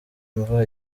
imva